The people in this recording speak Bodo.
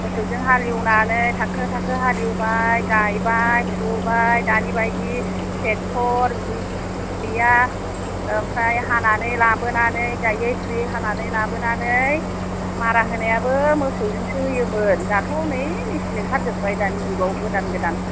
मोसौजों हालेवनानै थाखो थाखो हालेवबाय गायबाय फुबाय दानिबादि टेक्टर गैया आमफ्राय हानानै लाबोनानै गायै फुयै हानानै लाबोनानै मारा होनायाबो मोसौजोंसो होयोमोन दाथ' नै मिसिन ओंखार जोब्बाय दानि जुगाव गोदान गोदान